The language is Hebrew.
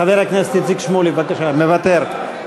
חבר הכנסת איציק שמולי, בבקשה, מוותר.